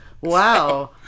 wow